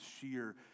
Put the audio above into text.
sheer